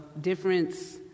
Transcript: difference